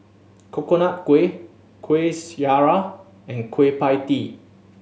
Coconut Kuih Kuih Syara and Kueh Pie Tee